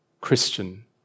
Christian